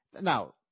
Now